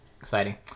Exciting